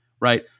right